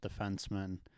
defenseman